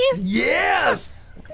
Yes